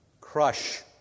crush